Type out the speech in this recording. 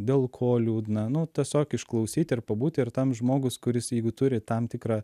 dėl ko liūdna nu tiesiog išklausyti ir pabūti ir tam žmogus kuris jeigu turi tam tikrą